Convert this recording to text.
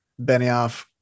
Benioff